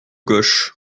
gauche